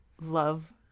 love